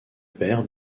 père